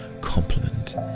compliment